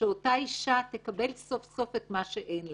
שאותה אישה תקבל סוף סוף את מה שאין לה,